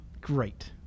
Great